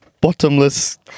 bottomless